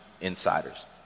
insiders